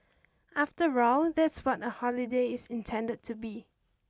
after all that's what a holiday is intended to be